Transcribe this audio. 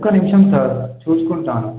ఒక్క నిమిషం సార్ చూసుకుంటాను